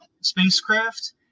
spacecraft